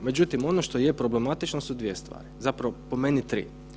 Međutim, ono to je problematično su dvije stvari, zapravo po meni tri.